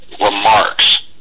remarks